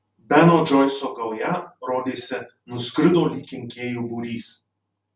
beno džoiso gauja rodėsi nuskrido lyg kenkėjų būrys